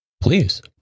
Please